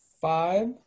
five